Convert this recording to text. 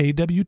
AWT